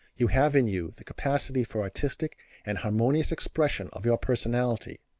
you have in you the capacity for artistic and harmonious expression of your personality.